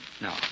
No